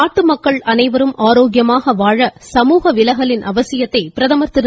நாட்டு மக்கள் அனைவரும் ஆரோக்கியமாக வாழ சமூக விலகலின் அவசியத்தை பிரதமர் திரு